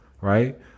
right